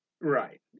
Right